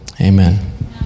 Amen